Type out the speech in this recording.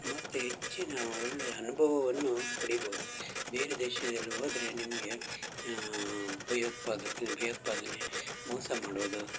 ಮತ್ತು ಹೆಚ್ಚಿನ ಒಳ್ಳೆಯ ಅನುಭವವನ್ನು ಪಡಿಬೋದು ಬೇರೆ ದೇಶದಲ್ಲಿ ಹೋದ್ರೆ ನಿಮಗೆ ಭಯೋತ್ಪಾದಕ ಭಯೋತ್ಪಾದನೆ ಮೋಸ ಮಾಡುವುದು